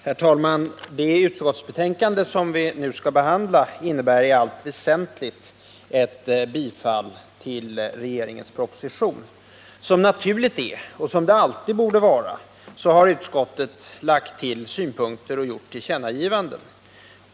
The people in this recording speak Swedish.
Herr talman! Det utskottsbetänkande som vi nu behandlar innebär i allt väsentligt ett bifall till regeringens proposition. Som är naturligtoch som det alltid borde vara — har utskottet lagt till synpunkter och gjort tillkännagivanden.